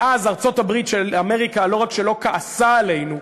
מאז ארצות-הברית של אמריקה לא רק שלא כעסה עלינו,